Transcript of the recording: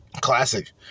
Classic